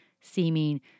seeming